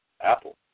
Apple